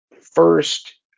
First